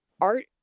art